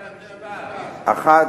האחת,